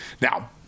Now